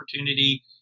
opportunity